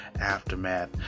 aftermath